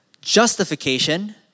justification